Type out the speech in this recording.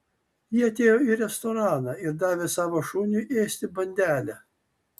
ji atėjo į restoraną ir davė savo šuniui ėsti bandelę